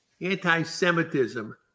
anti-Semitism